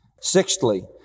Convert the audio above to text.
Sixthly